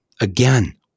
again